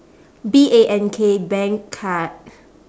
B A N K bank card